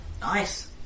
nice